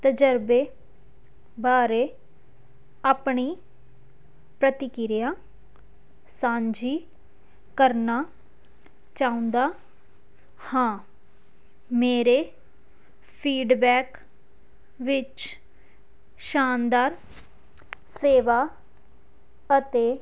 ਤਜਰਬੇ ਬਾਰੇ ਆਪਣੀ ਪ੍ਰਤੀਕਿਰਿਆ ਸਾਂਝੀ ਕਰਨਾ ਚਾਹੁੰਦਾ ਹਾਂ ਮੇਰੇ ਫੀਡਬੈਕ ਵਿੱਚ ਸ਼ਾਨਦਾਰ ਸੇਵਾ ਅਤੇ